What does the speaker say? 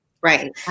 Right